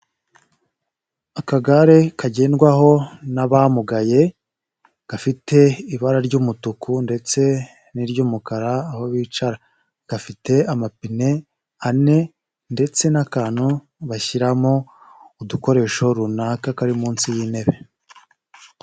Akagare kagendwaho n'abamugaye, gafite ibara ry'umutuku ndetse n'iry'umukara aho bicara. Gafite amapine ane ndetse n'akantu bashyiramo udukoresho runaka kari munsi y'intebe.